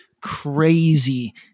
crazy